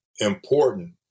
important